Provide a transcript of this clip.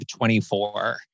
24